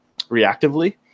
reactively